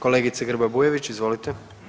Kolegice Grba Bujević, izvolite.